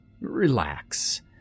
Relax